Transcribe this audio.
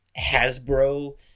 Hasbro